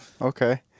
Okay